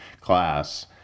class